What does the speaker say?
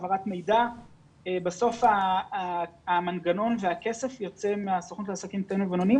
העברת מידע ובסוף המנגנון והכסף יוצא מהסוכנות לעסקים קטנים ובינוניים.